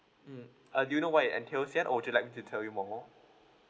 mm uh do you know why it entails yet or would you like to tell you more